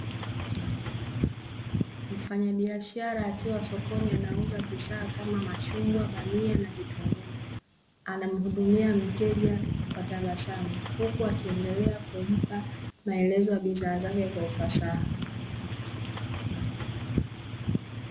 Mfanyabiashara akiwa sokoni anauza bidhaa kama machungwa, bamia, na vitunguu. Anamuhudumia mteja kwa tabasamu, huku akiendelea kumpa maelezo ya bidhaa zake kwa ufasaha.